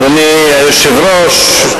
אדוני היושב-ראש,